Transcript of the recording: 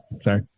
Sorry